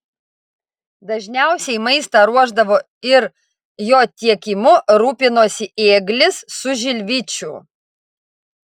dažniausiai maistą ruošdavo ir jo tiekimu rūpinosi ėglis su žilvičiu